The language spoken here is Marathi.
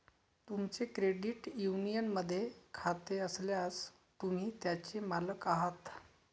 तुमचे क्रेडिट युनियनमध्ये खाते असल्यास, तुम्ही त्याचे मालक आहात